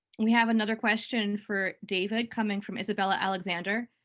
we have another question for david coming from isabella alexander,